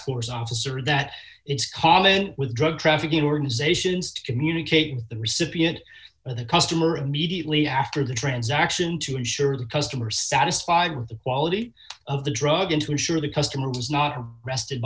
force officer that it's common with drug trafficking organizations to communicate the recipient or the customer immediately after the transaction to ensure the customer satisfied with the quality of the drug and to ensure the customer was not arrested